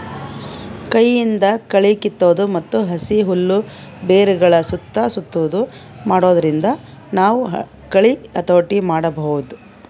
ಕೈಯಿಂದ್ ಕಳಿ ಕಿತ್ತದು ಮತ್ತ್ ಹಸಿ ಹುಲ್ಲ್ ಬೆರಗಳ್ ಸುತ್ತಾ ಸುತ್ತದು ಮಾಡಾದ್ರಿಂದ ನಾವ್ ಕಳಿ ಹತೋಟಿ ಮಾಡಬಹುದ್